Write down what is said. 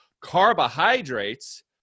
carbohydrates